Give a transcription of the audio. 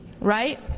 Right